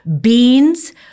beans